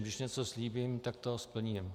Když něco slíbím, tak to splním.